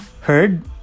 heard